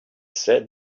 said